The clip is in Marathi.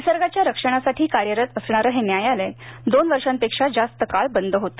निसर्गाच्या रक्षणासाठी कार्यरत असणारं हे न्यायालय दोन वर्षांपेक्षा जास्त काळ बंद होतं